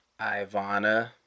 Ivana